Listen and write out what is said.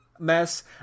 mess